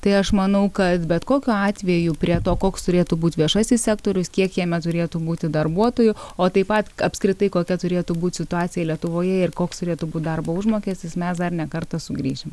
tai aš manau kad bet kokiu atveju prie to koks turėtų būt viešasis sektorius kiek jame turėtų būti darbuotojų o taip pat apskritai kokia turėtų būt situacija lietuvoje ir koks turėtų būt darbo užmokestis mes dar ne kartą sugrįšim